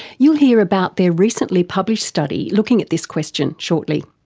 you'll hear about their recently published study looking at this question shortly.